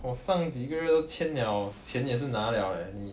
我上几个月都签 liao 钱也是那 liao eh 你